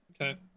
Okay